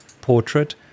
portrait